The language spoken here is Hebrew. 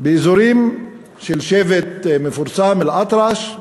באזורים של שבט מפורסם, אלאטרש.